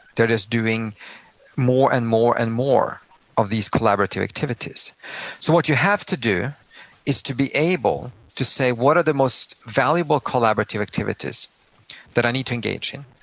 they're just doing more and more and more of these collaborative activities what you have to do is to be able to say, what are the most valuable collaborative activities that i need to engage in?